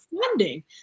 funding